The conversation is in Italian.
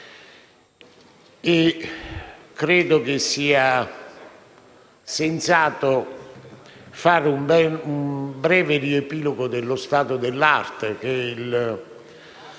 e credo che sia sensato fare un breve riepilogo dello stato dell'arte,